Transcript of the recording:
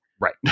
right